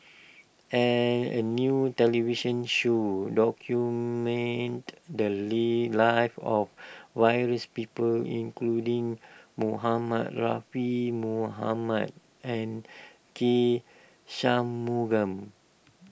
an a new television show documented the Lee lives of various people including Muhammad Muhammad and K Shanmugam